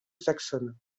saxonne